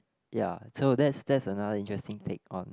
ya so that's that's another interesting take on